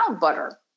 butter